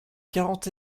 quarante